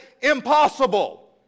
impossible